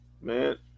man